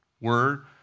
Word